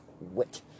Wit